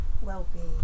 well-being